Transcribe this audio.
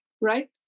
right